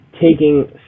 taking